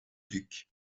duc